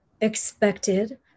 expected